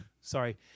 sorry